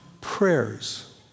prayers